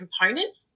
component